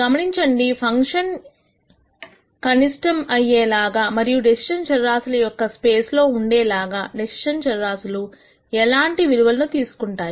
గమనించండి ఫంక్షన్ కనిష్టం అయ్యేలా మరియు డెసిషన్ చరరాశుల యొక్క స్పేస్ లో ఉండేలాగా డెసిషన్ చరరాశులు ఎలాంటి విలువలను తీసుకుంటాయి